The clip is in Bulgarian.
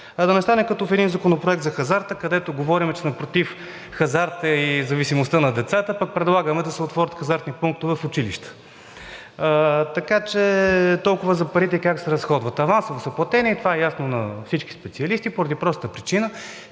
Да не стане като в един законопроект за хазарта, където говорим, че сме против хазарта и зависимостта на децата, пък предлагаме да се отворят хазартни пунктове в училища. Така че толкова за парите и как се разходват. Авансово са платени – и това е ясно на всички специалисти, поради простата причина,